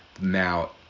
now